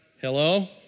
hello